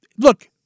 Look